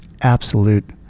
absolute